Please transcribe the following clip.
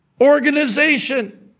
organization